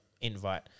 invite